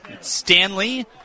Stanley